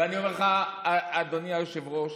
ואני אומר לך, אדוני היושב-ראש,